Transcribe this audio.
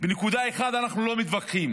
בנקודה אחת אנחנו לא מתווכחים,